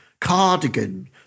cardigan